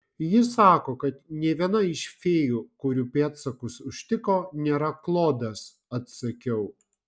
ji sako kad nė viena iš fėjų kurių pėdsakus užtiko nėra klodas atsakiau